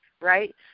right